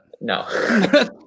No